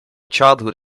childhood